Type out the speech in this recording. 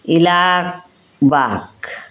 Ila ବାକ୍